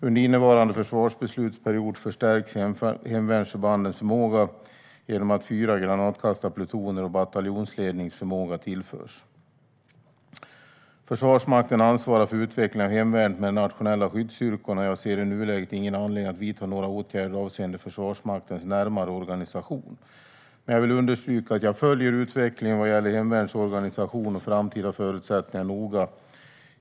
Under innevarande försvarsbeslutsperiod förstärks hemvärnsförbandens förmåga genom att fyra granatkastarplutoner och bataljonsledningsförmåga tillförs. Försvarsmakten ansvarar för utvecklingen av hemvärnet med de nationella skyddsstyrkorna, och jag ser i nuläget ingen anledning att vidta några åtgärder avseende Försvarsmaktens närmare organisation. Men jag vill understryka att jag följer utvecklingen vad gäller hemvärnets organisation och framtida förutsättningar noga.